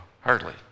hardly